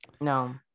No